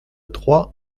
trois